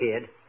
kid